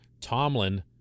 Tomlin